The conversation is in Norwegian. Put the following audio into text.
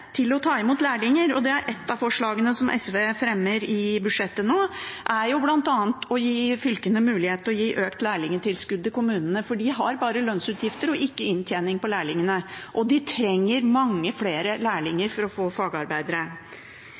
til å ta imot lærlinger, og et av forslagene som SV fremmer i budsjettet nå, er bl.a. å gi fylkene mulighet til å gi økt lærlingtilskudd til kommunene, for de har bare lønnsutgifter og ikke inntjening på lærlingene, og de trenger mange flere lærlinger for å få fagarbeidere.